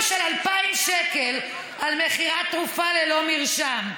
של 2,000 שקל על מכירת תרופה ללא מרשם,